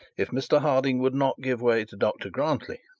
if mr harding would not give way to dr grantly,